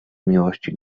miłości